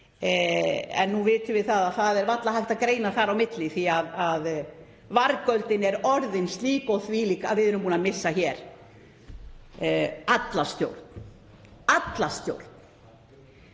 en nú vitum við að varla er hægt að greina þar á milli því að vargöldin er orðin slík og þvílík að við erum búin að missa hér alla stjórn.